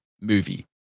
movie